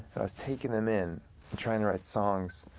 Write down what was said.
and i was taking them in and trying to write songs,